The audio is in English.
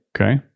Okay